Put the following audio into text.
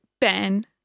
Ben